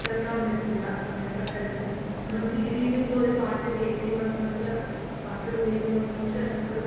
കേൾക്കാൻ പറ്റില്ല അങ്ങനെ പെട്ടെന്ന് നമ്മള് സീഡിയില് ഇപ്പോൾ ഒരു പാട്ട് കേറ്റി പറഞ്ഞു വെച്ചാൽ പാട്ട് കേറ്റി പറഞ്ഞു വെച്ചാൽ അത് നമ്മള്